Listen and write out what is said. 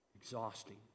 exhausting